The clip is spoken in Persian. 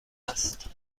است